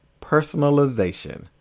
personalization